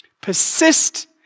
Persist